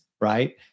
right